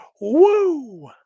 Woo